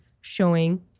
showing